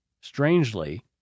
Strangely